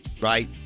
right